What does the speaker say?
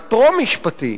הטרום-משפטי,